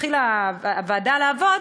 שכשהתחילה הוועדה לעבוד,